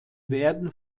werden